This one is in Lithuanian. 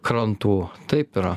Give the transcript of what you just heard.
krantų taip yra